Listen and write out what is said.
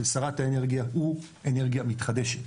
של שרת האנרגיה הוא אנרגיה מתחדשת